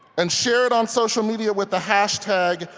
and share it on social media with a hashtag,